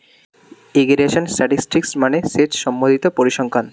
irrigation statistics মানে সেচ সম্বন্ধিত পরিসংখ্যান